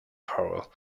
choral